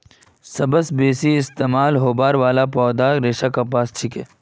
सबस बेसी इस्तमाल होबार वाला पौधार रेशा कपास छिके